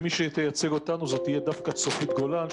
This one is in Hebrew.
מי שתייצג אותנו תהיה דווקא צופית גולן,